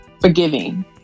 forgiving